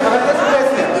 חבר הכנסת פלסנר,